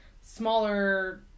smaller